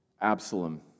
Absalom